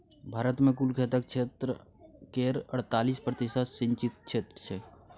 भारत मे कुल खेतक क्षेत्र केर अड़तालीस प्रतिशत सिंचित क्षेत्र छै